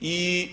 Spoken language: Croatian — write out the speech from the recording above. i